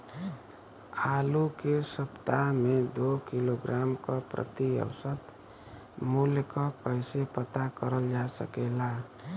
आलू के सप्ताह में दो किलोग्राम क प्रति औसत मूल्य क कैसे पता करल जा सकेला?